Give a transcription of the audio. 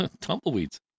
Tumbleweeds